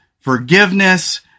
forgiveness